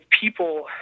people